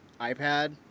iPad